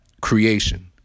creation